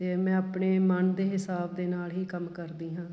ਅਤੇ ਮੈਂ ਆਪਣੇ ਮਨ ਦੇ ਹਿਸਾਬ ਦੇ ਨਾਲ ਹੀ ਕੰਮ ਕਰਦੀ ਹਾਂ